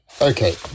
Okay